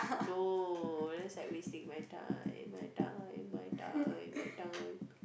no that's like wasting my time my time my time my time